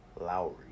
Lowry